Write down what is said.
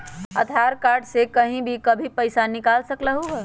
आधार card से कहीं भी कभी पईसा निकाल सकलहु ह?